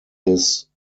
his